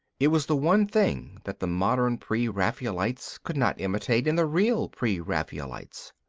it was the one thing that the modern pre-raphaelites could not imitate in the real pre-raphaelites.